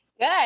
Good